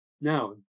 Now